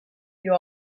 you